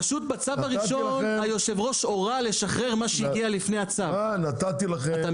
פשוט בצו הראשון היושב ראש הורה לשחרר מה שהגיע לפני הצו אתה מבין,